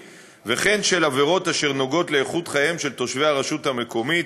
וכן של עבירות אשר נוגעות לאיכות חייהם של תושבי הרשות המקומית,